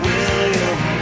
William